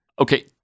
Okay